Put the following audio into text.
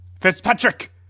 Fitzpatrick